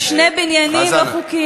על שני בניינים לא חוקיים.